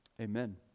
Amen